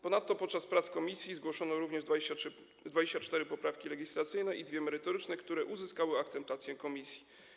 Ponadto podczas prac w komisji zgłoszono również 24 poprawki legislacyjne i dwie merytoryczne, które uzyskały akceptację komisji.